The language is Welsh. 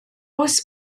oes